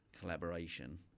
collaboration